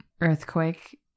Earthquake